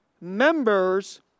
members